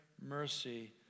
mercy